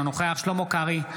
אינו נוכח שלמה קרעי,